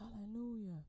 Hallelujah